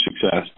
success